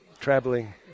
traveling